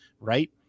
Right